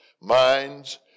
minds